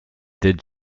did